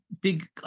big